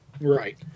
right